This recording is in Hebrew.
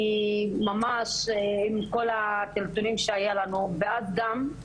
היא ממש עם כל הטלטולים שהיו לנו ועד דם,